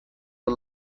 the